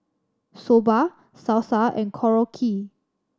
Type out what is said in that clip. Soba Salsa and Korokke